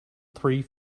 three